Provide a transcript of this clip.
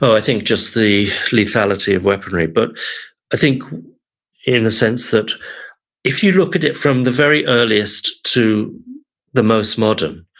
i think just the lethality of weaponry, but i think in a sense that if you look at it from the very earliest to the most modern,